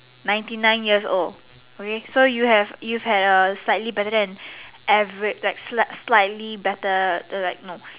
ninety nine years old okay so you have you have a slightly better then average like slight slightly better like no